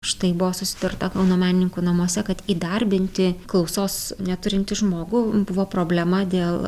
štai buvo susitarta kauno menininkų namuose kad įdarbinti klausos neturintį žmogų buvo problema dėl